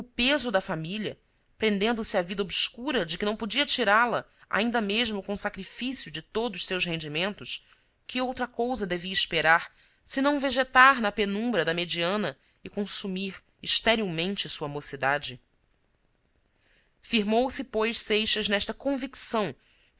peso da família prendendo se à vida obscura de que não podia tirá la ainda mesmo com sacrifício de todos seus rendimentos que outra cousa devia esperar senão vegetar na penumbra da mediana e consumir esterilmente sua mocidade firmou se pois seixas nesta convicção